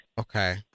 Okay